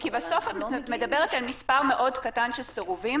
כי בסוף את מדברת על מספר מאוד קטן של סירובים